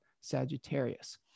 Sagittarius